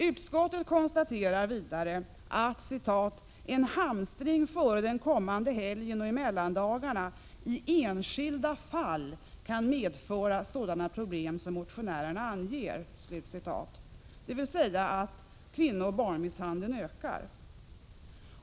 Utskottet konstaterar vidare att ”en hamstring före den kommande helgen och i mellandagarna i enskilda fall kan medföra sådana problem som motionärerna anger”, dvs. att kvinnooch barnmisshandeln ökar.